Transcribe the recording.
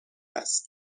است